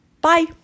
Bye